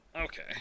okay